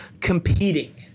competing